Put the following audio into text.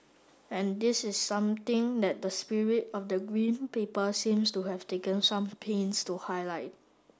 and this is something that the spirit of the Green Paper seems to have taken some pains to highlight